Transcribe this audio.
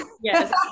Yes